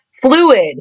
fluid